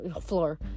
floor